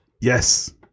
Yes